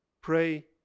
Pray